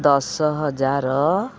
ଦଶ ହଜାର